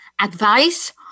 advice